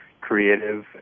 creative